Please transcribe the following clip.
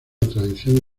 tradición